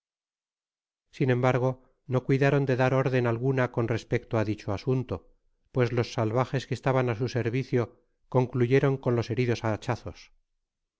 sin embargo no cuidaron de dar órden alguna con respecto á dicho asunto pues los salvajes que estaban á su servicio concluyeron con los heridos áhachazos